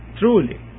truly